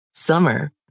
Summer